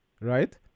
right